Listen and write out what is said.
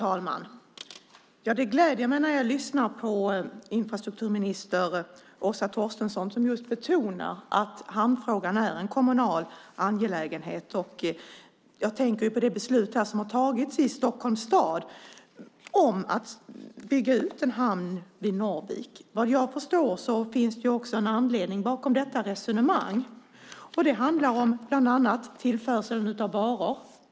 Fru talman! Det gläder mig att lyssna på infrastrukturminister Åsa Torstensson som just betonar att hamnfrågan är en kommunal angelägenhet. Jag tänker på det beslut som har tagits i Stockholms stad om att bygga ut en hamn i Norvik. Vad jag förstår finns det också en anledning bakom detta resonemang. Det handlar bland annat om tillförseln av varor.